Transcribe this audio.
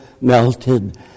melted